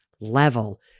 level